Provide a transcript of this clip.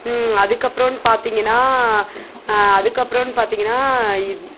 அதுக்கப்புறோ பார்த்திங்கனா அதுக்கப்புறோனோனு பார்த்திங்கனா